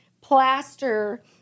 plaster